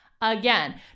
again